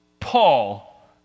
Paul